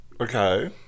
Okay